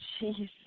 jeez